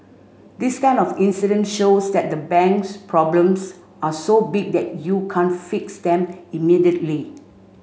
this kind of incident shows that the bank's problems are so big that you can't fix them immediately